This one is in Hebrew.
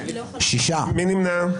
מי נמנע?